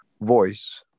voice